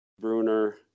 Bruner